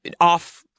off